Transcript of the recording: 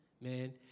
Man